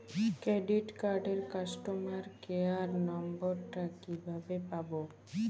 Credit কার্ডের customer care number টা কিভাবে পাবো?